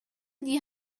die